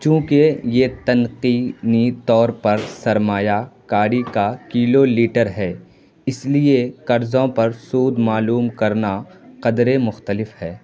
چونکہ یہ تکنیکی طور پر سرمایہ کاری کا کیلو لیٹر ہے اس لیے قرضوں پر سود معلوم کرنا قدرے مختلف ہے